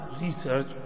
research